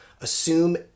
assume